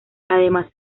además